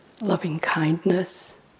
loving-kindness